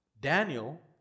Daniel